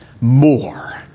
more